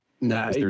No